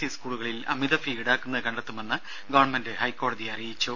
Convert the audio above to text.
E സ്കൂളുകളിൽ അമിത fee ഇൌടാക്കുന്നത് കണ്ടെത്തുമെന്ന് ഗവൺമെന്റ് ഹൈക്കോടതിയെ അറിയിച്ചു